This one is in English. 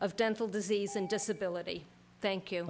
of dental disease and disability thank you